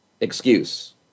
excuse